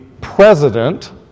president